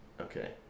Okay